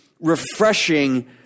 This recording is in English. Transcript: refreshing